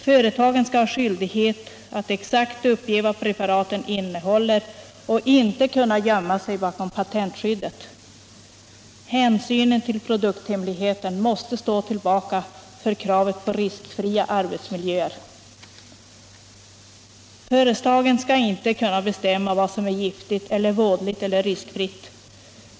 Företagen skall ha skyldighet att exakt uppge vad preparaten innehåller och inte kunna gömma sig bakom patentskyddet. Hänsynen till produkthemligheten måste stå tillbaka för kravet på riskfria arbetsmiljöer. Företagen skall inte kunna bestämma vad som är giftigt, vådligt eller riskfritt.